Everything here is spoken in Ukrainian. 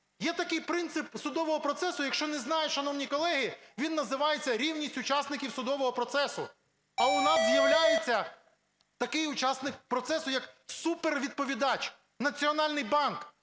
Є такий принцип судового процесу, якщо не знають шановні колеги, він називається: рівність учасників судового процесу. А у нас з'являється такий учасник процесу, як супервідповідач – Національний банк,